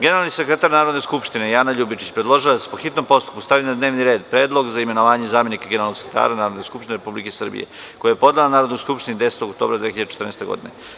Generalni sekretar Narodne skupštine Jana Ljubičić predložila je da se po hitnom postupku stavi na dnevni red Predlog za imenovanje zamenika generalnog sekretara Narodne skupštine Republike Srbije, koji je podnela Narodnoj skupštini 10. oktobra 2014. godine.